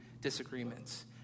disagreements